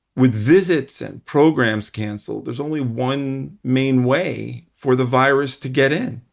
with visits and programs cancelled, there's only one main way for the virus to get in.